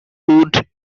wood